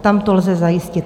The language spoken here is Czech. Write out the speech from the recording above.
Tam to lze zajistit.